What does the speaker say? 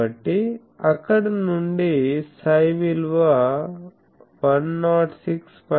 కాబట్టి అక్కడ నుండి ψ విలువ 106